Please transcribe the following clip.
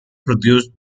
produced